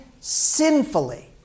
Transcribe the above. sinfully